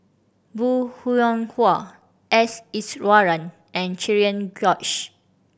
Bong Hiong Hwa S Iswaran and Cherian George